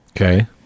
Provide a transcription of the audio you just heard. Okay